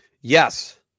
Yes